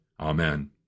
Amen